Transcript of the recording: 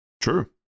True